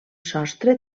sostre